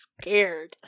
scared